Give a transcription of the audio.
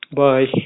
bye